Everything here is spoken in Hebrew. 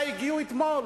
שהגיעו אתמול,